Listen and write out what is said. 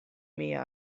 mia